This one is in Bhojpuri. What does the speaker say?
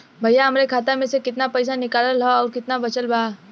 भईया हमरे खाता मे से कितना पइसा निकालल ह अउर कितना बचल बा?